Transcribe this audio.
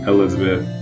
Elizabeth